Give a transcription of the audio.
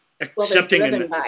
accepting